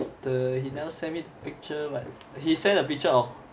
what the he never send me picture but he sent a picture of